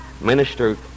minister